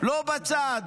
לא בצד,